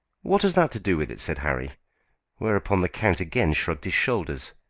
what has that to do with it? said harry whereupon the count again shrugged his shoulders.